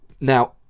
Now